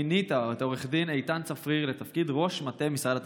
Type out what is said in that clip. מינית את עו"ד איתן צפריר לתפקיד ראש מטה משרד התקשורת."